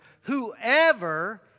Whoever